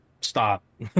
stop